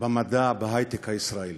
במדע בהיי-טק הישראלי?